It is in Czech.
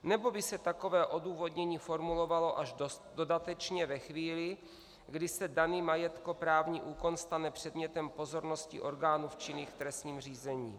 Nebo by se takové odůvodnění formulovalo až dodatečně ve chvíli, kdy se daný majetkoprávní úkon stane předmětem pozornosti orgánů činných v trestním řízení?